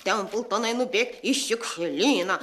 templtonai nubėk į šiukšlyną